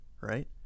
right